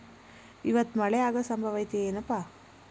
ಇವತ್ತ ಮಳೆ ಆಗು ಸಂಭವ ಐತಿ ಏನಪಾ?